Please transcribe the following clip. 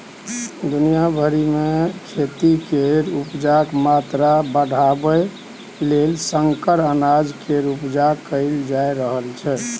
दुनिया भरि मे खेती केर उपजाक मात्रा बढ़ाबय लेल संकर अनाज केर उपजा कएल जा रहल छै